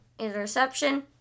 Interception